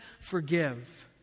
forgive